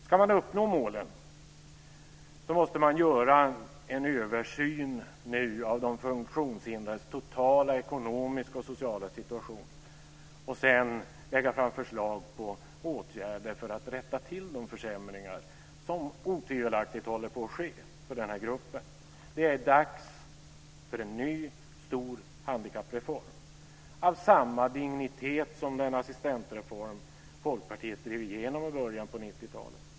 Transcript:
Ska man uppnå målen måste man nu göra en översyn av de funktionshindrades totala ekonomiska och sociala situation och sedan lägga fram förslag till åtgärder för att rätta till de försämringar som otvivelaktigt håller på att ske för den här gruppen. Det är dags för en ny stor handikappreform av samma dignitet som den assistansreform Folkpartiet drev igenom i början av 90-talet.